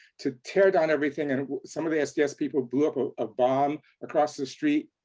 to tear down everything and some of the sds people blew up a ah bomb, across the street,